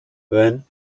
then